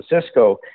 Cisco